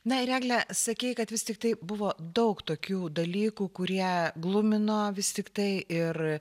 na ir egle sakei kad vis tiktai buvo daug tokių dalykų kurie glumino vis tiktai ir